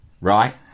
Right